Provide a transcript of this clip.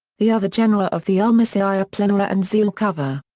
the other genera of the ulmaceae are planera and zelkova.